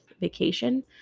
vacation